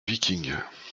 vikings